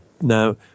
Now